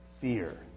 Fear